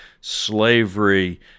slavery